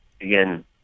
again